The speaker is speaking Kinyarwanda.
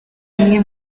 umwe